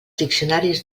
diccionaris